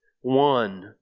one